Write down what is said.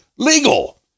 Legal